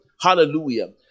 Hallelujah